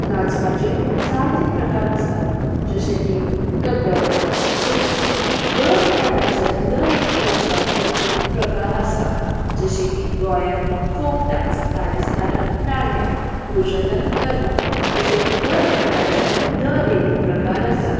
नाचपाचे जायते प्रकार आसता जशें की कथक डिस्को दर एका राज्यान दर एक नाचपाचो प्रकार आसा जशें की गोंयान फोक डांस राजस्थानाक डांडिया गुजरातान गरबा अशे दर एका राज्यान दर एक प्रकार आसा